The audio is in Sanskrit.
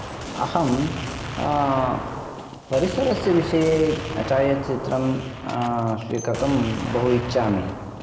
अहं परिसरस्य विषये छायाचित्रं स्विकर्तुं बहु इच्छामि